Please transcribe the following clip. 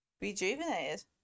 Rejuvenated